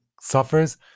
suffers